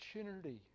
opportunity